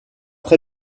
très